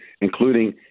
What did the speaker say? including